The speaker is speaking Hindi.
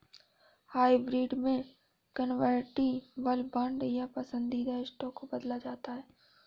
हाइब्रिड में कन्वर्टिबल बांड या पसंदीदा स्टॉक को बदला जाता है